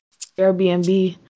Airbnb